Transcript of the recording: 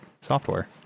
software